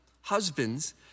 Husbands